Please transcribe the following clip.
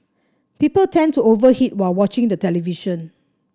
people tend to over eat while watching the television